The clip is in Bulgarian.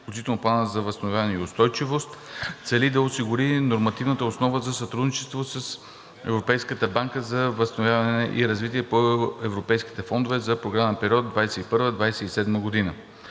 включително Плана за възстановяване и устойчивост цели да осигури нормативната основа за сътрудничество с Европейската банка за възстановяване и развитие по Европейските фондове за програмен период 2021 – 2027 г.